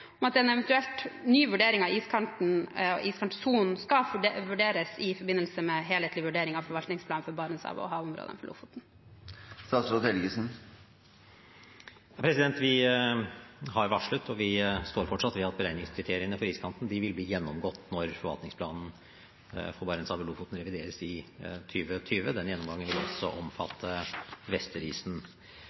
om at en eventuell ny vurdering av iskanten og iskantsonen skal vurderes i forbindelse med en helhetlig vurdering av forvaltningsplanen for Barentshavet og havområdene utenfor Lofoten. Vi har varslet, og vi står fortsatt ved, at beregningskriteriene for iskanten vil bli gjennomgått når forvaltningsplanen for Barentshavet og Lofoten revideres i 2020. Den gjennomgangen vil også omfatte Vesterisen.